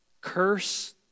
curse